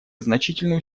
значительные